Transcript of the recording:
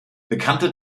bekannte